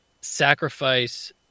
sacrifice